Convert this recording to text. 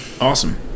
Awesome